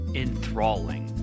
enthralling